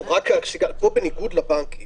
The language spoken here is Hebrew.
פה בניגוד לבנקים,